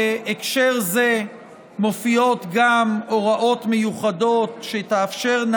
בהקשר זה מופיעות גם הוראות מיוחדות שתאפשרנה